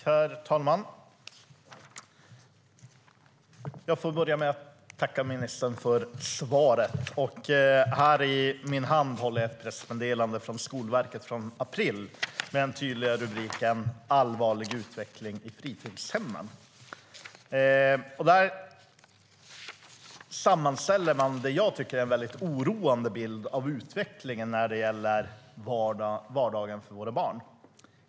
Herr talman! Jag vill börja med att tacka ministern för svaret. I min hand håller jag ett pressmeddelande från Skolverket. Det är från april och har den tydliga rubriken Allvarlig utveckling i fritidshemmen. Där sammanställer man det jag tycker är en väldigt oroande bild av utvecklingen när det gäller vardagen för våra barn.